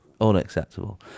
Unacceptable